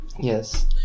Yes